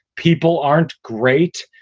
people aren't great.